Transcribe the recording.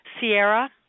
Sierra